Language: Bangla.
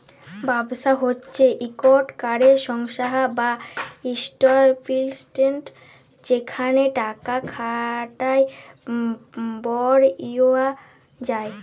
ব্যবসা হছে ইকট ক্যরে সংস্থা বা ইস্টাব্লিশমেল্ট যেখালে টাকা খাটায় বড় হউয়া যায়